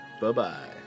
Bye-bye